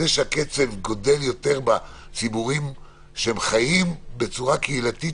זה שהקצב עולה יותר בציבורים שחיים בצורה קהילתית,